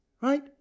right